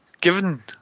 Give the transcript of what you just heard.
Given